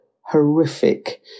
horrific